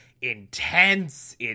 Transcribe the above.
intense